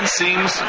seems